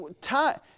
time